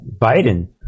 Biden